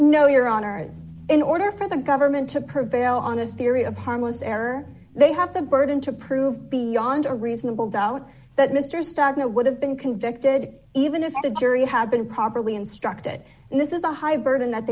no your honor in order for the government to prevail on a theory of harmless error they have the burden to prove beyond a reasonable doubt that mister stagnant would have been convicted even if the jury had been properly instructed and this is a high burden that